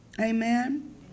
Amen